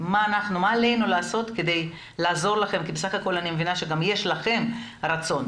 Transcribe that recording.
מה עלינו לעשות כדי לעזור לכם כי בסך הכול אני מבינה שיש לכם רצון.